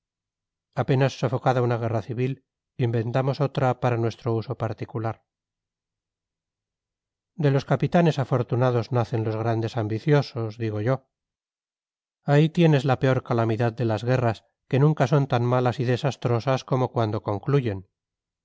apenas sofocada una guerra civil inventamos otra para nuestro uso particular de los capitanes afortunados nacen los grandes ambiciosos digo yo ahí tienes la peor calamidad de las guerras que nunca son tan malas y desastrosas como cuando concluyen